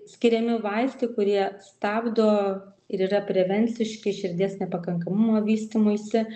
skiriami vaistai kurie stabdo ir yra prevenciški širdies nepakankamumo vystymuisi